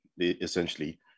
essentially